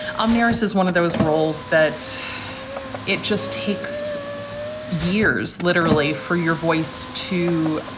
i'm nerissa is one of those roles that it just takes years literally for your voice to